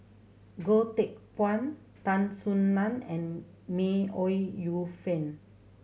Goh Teck Phuan Tan Soo Nan and May Ooi Yu Fen